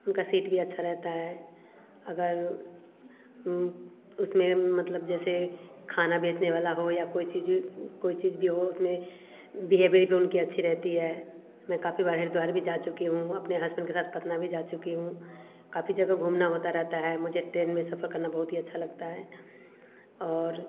उनका सिट भी अच्छा रहता है अगर उसमें मतलब जैसे खाना बेचने वाला हो या कोई चीज कोई चीज भी हो में उसमें बिहेवियर भी उनकी अच्छी रहती है मैं काफ़ी बार हरिद्वार भी जा चुकी हूँ अपने हस्बैंड के साथ पटना भी जा चुकी हूँ काफ़ी जगह घूमना होता रहता है मुझे ट्रेन में सफर करना बहुत ही अच्छा लगता है और